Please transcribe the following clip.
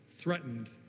threatened